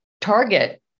target